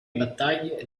battaglie